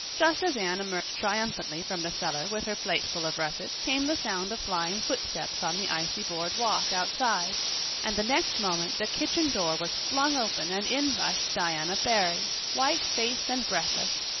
just as anne emerged triumphantly from the cellar with her plateful of russets came the sound of flying footsteps on the icy board walk outside and the next moment the kitchen door was flung open and in rushed diana barry, white faced and breathless,